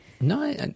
No